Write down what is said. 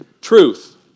truth